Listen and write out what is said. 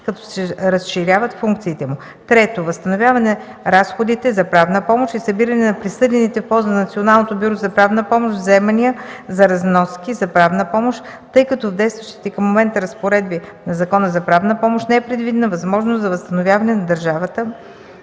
като се разширяват функциите му. Трето, възстановяване разходите за правна помощ и събиране на присъдените в полза на Националното бюро за правна помощ вземания за разноски за правна помощ, тъй като в действащите към момента разпоредби на Закона за правна помощ не е предвидена възможност за възстановяване на държавата